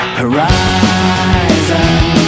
horizon